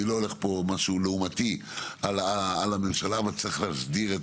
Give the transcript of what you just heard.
אני לא הולך למשהו לעומתי על הממשלה אבל צריך להסדיר את